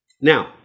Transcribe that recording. Now